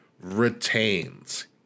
retains